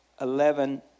Eleven